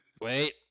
Wait